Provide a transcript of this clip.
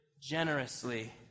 generously